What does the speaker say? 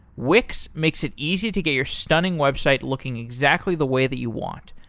wix makes it easy to get your stunning website looking exactly the way that you want.